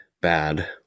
bad